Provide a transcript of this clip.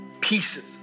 Pieces